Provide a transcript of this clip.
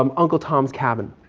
um uncle tom's cabin.